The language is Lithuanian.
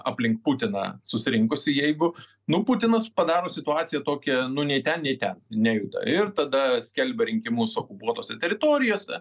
aplink putiną susirinkusį jeigu nu putinas padaro situaciją tokią nu nei ten nei ten nejuda ir tada skelbia rinkimus okupuotose teritorijose